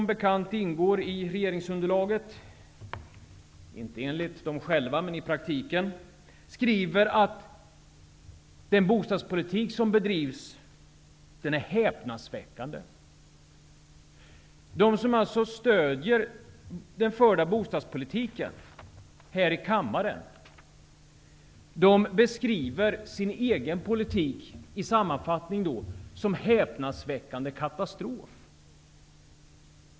Ny demokrati ingår som bekant i regeringsun derlaget. Inte enligt dem själva -- men i praktiken. Ny demokrati skriver att den bostadspolitik som bedrivs är häpnadsväckande. De som stödjer den förda bostadspolitiken i kammaren beskriver den egna politiken -- i sam manfattning -- som häpnadsväckande katastrofal.